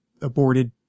aborted